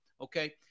Okay